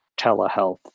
telehealth